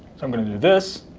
so i'm going to do this.